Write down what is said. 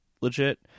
legit